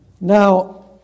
Now